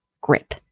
grip